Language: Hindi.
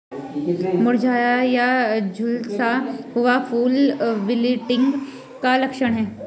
मुरझाया या झुलसा हुआ फूल विल्टिंग का लक्षण है